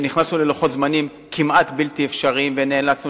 נכנסנו ללוחות זמנים כמעט בלתי אפשריים ונאלצנו